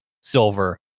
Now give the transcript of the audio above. silver